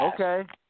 Okay